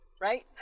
Right